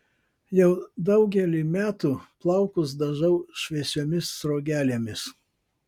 jau daugelį metų plaukus dažau šviesiomis sruogelėmis